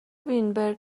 وینبرگ